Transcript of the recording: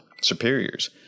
superiors